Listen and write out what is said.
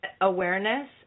awareness